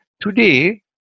Today